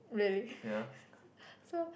really so